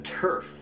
turf